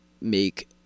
make